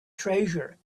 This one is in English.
treasure